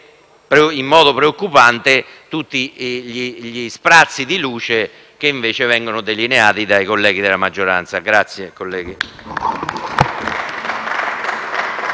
in modo preoccupante tutti gli sprazzi di luce che, invece, vengono delineati dai colleghi della maggioranza. *(Applausi